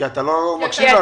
כי אתה לא מקשיב לנו.